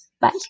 Bye